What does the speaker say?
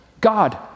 God